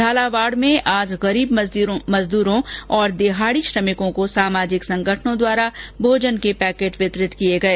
झालावाड़ में आज गरीब मजदूरों और दिहाड़ी श्रमिकों को सामाजिक संगठनों द्वारा भोजन पैकेट वितरित किए गए